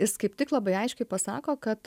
jis kaip tik labai aiškiai pasako kad